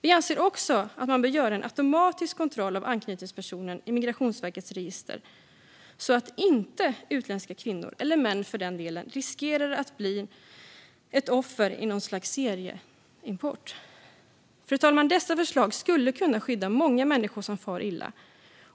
Vi anser också att man bör göra en automatisk kontroll av anknytningspersonen i Migrationsverkets register så att utländska kvinnor, och för den delen män, inte riskerar att bli offer i något slags serieimport. Fru talman! Dessa förslag skulle kunna skydda många människor från att fara illa.